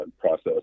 process